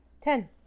Ten